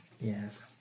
Yes